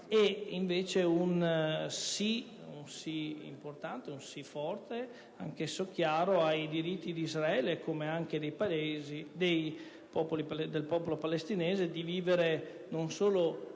Invece, un sì importante e forte, anch'esso chiaro, al diritto di Israele, come anche del popolo palestinese, di vivere non solo dignitosamente